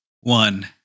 one